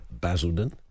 Basildon